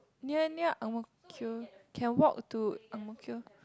near near Ang Mo Kio can walk to Ang Mo Kio